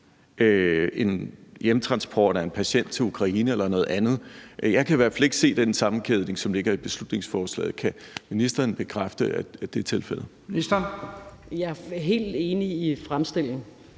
en hjemtransport af en patient til Ukraine eller noget andet. Jeg kan i hvert fald ikke se den sammenkædning, som ligger i beslutningsforslaget. Kan ministeren bekræfte, at det er tilfældet? Kl. 11:27 Første